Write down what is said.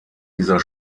dieser